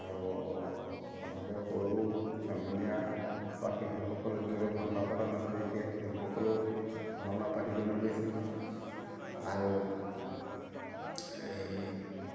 আৰু আগতে সৰু চেমনীয়া বা শিশুসকলে যেনেকৈ ভাওনা পতা নাছিল এতিয়া শিশুসকলেও ভাওনা পাতিবলৈ লৈছে আৰু এই